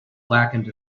blackened